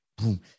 boom